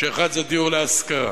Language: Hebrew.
שאחד זה דיור להשכרה,